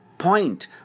Point